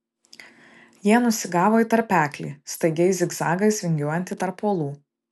jie nusigavo į tarpeklį staigiais zigzagais vingiuojantį tarp uolų